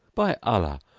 by allah,